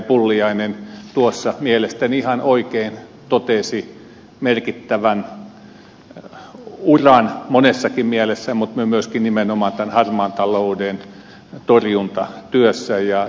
pulliainen tuossa mielestäni ihan oikein totesi merkittävän uran monessakin mielessä mutta myöskin nimenomaan tämän harmaan talouden torjuntatyössä